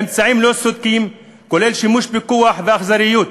באמצעים לא צודקים, כולל שימוש בכוח ואכזריות.